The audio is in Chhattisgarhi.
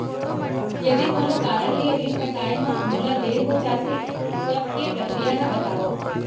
यदि कोनो कारन ले ऋण पटाय मा मोला देर हो जाथे, तब के प्रक्रिया ला बतावव